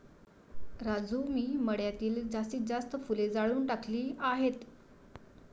राजू मी मळ्यातील जास्तीत जास्त फुले जाळून टाकली आहेत